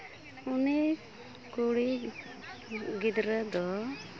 ᱩᱱᱤ ᱠᱩᱲᱤ ᱜᱤᱫᱽᱨᱟᱹ ᱫᱚ